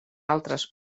altres